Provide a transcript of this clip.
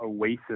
oasis